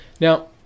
Now